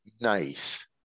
Nice